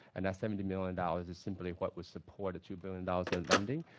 and that's seventy million dollars is simply what would support a two billion dollars in lending.